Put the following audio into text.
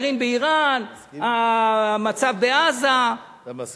הגרעין באירן, המצב בעזה, אתה מסכים?